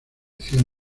cien